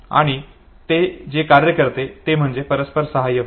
आणि ते जे कार्य करते ते म्हणजे परस्पर सहाय्य होय